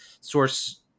source